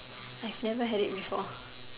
I've never had it before